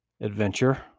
adventure